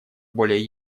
более